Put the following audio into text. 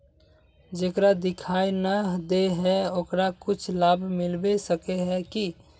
जेकरा दिखाय नय दे है ओकरा कुछ लाभ मिलबे सके है की?